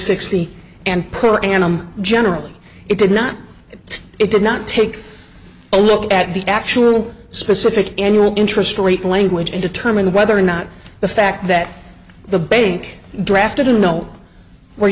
sixty and pull and i'm generally it did not it did not take a look at the actual specific any real interest rate language and determine whether or not the fact that the bank draft i don't know where